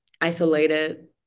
isolated